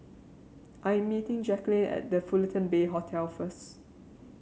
I'm meeting Jacquelin at The Fullerton Bay Hotel first